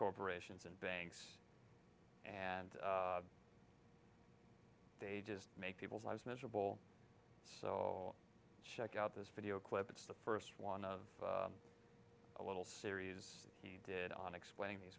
corporations and banks and they just make people's lives miserable so shek out this video clip it's the first one of a little series on explaining these